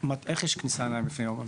איך יש כניסה לנעליים לפני יום המכירה?